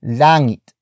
langit